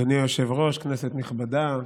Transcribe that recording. אדוני היושב-ראש, כנסת נכבדה,